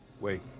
Wait